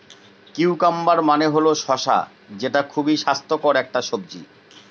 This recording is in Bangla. কিউকাম্বার মানে হল শসা যেটা খুবই স্বাস্থ্যকর একটি সবজি